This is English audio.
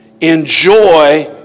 enjoy